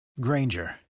granger